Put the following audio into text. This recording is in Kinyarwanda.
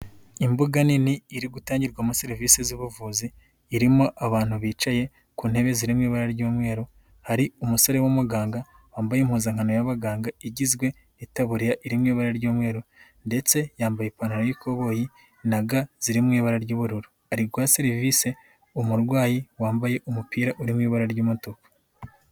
Imbuga nini iri gutangirwamo serivisi z'ubuvuzi irimo abantu bicaye ku ntebe ziri mu ibara ry'umweru, hari umusore w'umuganga wambaye impuzankano y'abaganga igizwe n'itaburiya iri mu ibara ry'umweru ndetse yambaye ipantaro y'ikoboyi na ga ziri mu ibara ry'ubururu, ari guha serivise umurwayi wambaye umupira uri mu ibara ry'umutuku.